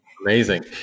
Amazing